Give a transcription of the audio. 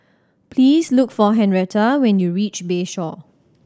please look for Henretta when you reach Bayshore